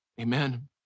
Amen